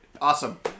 Awesome